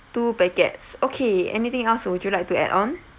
two packets okay anything else would you like to add on